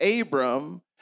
Abram